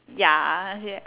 ya